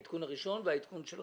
העדכון הראשון והעדכון של עכשיו,